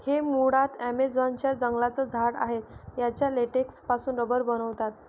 हे मुळात ॲमेझॉन च्या जंगलांचं झाड आहे याच्या लेटेक्स पासून रबर बनवतात